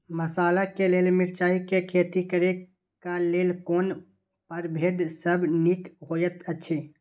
मसाला के लेल मिरचाई के खेती करे क लेल कोन परभेद सब निक होयत अछि?